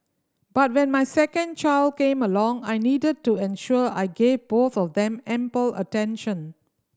but when my second child came along I needed to ensure I gave both of them ample attention